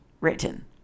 written